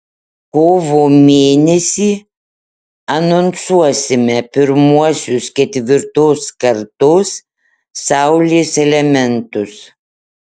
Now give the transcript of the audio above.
kovo mėnesį anonsuosime pirmuosius ketvirtos kartos saulės elementus